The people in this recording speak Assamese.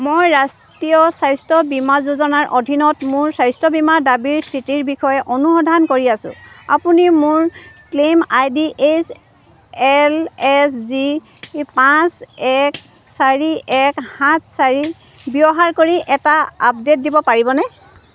মই ৰাষ্ট্ৰীয় স্বাস্থ্য বীমা যোজনাৰ অধীনত মোৰ স্বাস্থ্য বীমা দাবীৰ স্থিতিৰ বিষয়ে অনুসন্ধান কৰি আছোঁ আপুনি মোৰ claim I D H L S G পাঁচ এক চাৰি এক সাত চাৰি ব্যৱহাৰ কৰি এটা আপডে'ট দিব পাৰিবনে